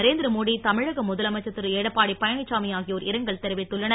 நரேந்திரமோடி தமிழக முதலமைச்சர் திருஎடப்பாடி பழனிசாமி ஆகியோர் இரங்கல் தெரிவித்துள்ளனர்